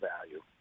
value